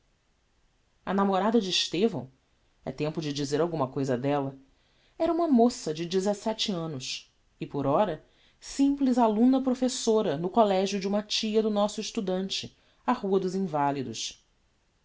a namorada de estevão é tempo de dizer alguma cousa della era uma moça de annos e por ora simples alumna professora no collegio de uma tia do nosso estudante á rua dos invalidos